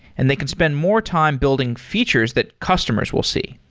and they can spend more time building features that customers will see.